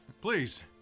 Please